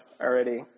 already